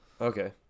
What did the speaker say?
okay